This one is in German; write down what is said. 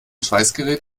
schweißgerät